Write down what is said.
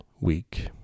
week